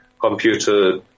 computer